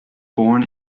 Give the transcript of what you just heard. born